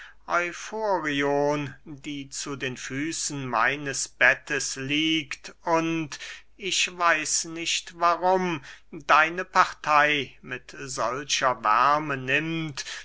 die zu den füßen meines bettes liegt und ich weiß nicht warum deine partey mit solcher wärme nimmt